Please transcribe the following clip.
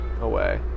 away